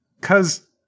cause